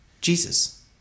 Jesus